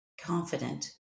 confident